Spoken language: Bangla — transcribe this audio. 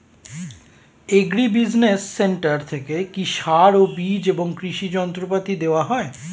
এগ্রি বিজিনেস সেন্টার থেকে কি সার ও বিজ এবং কৃষি যন্ত্র পাতি দেওয়া হয়?